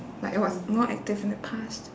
like it was more active in the past